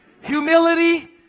Humility